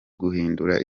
guhindura